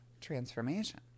transformation